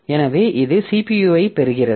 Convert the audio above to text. எனவே இது CPU ஐப் பெறுகிறது